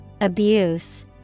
Abuse